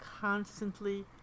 constantly